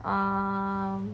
um